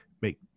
make